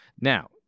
Now